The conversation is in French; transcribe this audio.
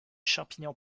champignons